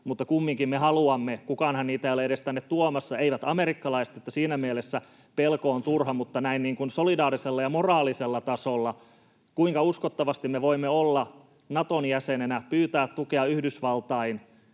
maaperällä kiellettyjä — kukaanhan niitä ei ole edes tänne tuomassa, eivät amerikkalaiset, että siinä mielessä pelko on turha — mutta kuinka näin niin kuin solidaarisella ja moraalisella tasolla uskottavasti me voimme olla Naton jäsenenä, pyytää tukea Yhdysvaltain